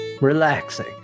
relaxing